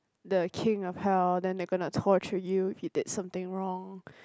the king of hell then they gonna torture you if you did something wrong